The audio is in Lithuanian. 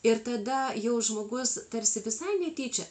ir tada jau žmogus tarsi visai netyčia